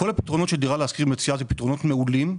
כל הפתרונות שדירה להשכיר מציעה הם פתרונות מעולים,